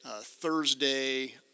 Thursday